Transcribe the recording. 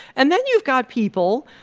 and then you've got people,